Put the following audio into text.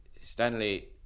Stanley